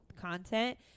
content